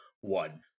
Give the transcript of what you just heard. one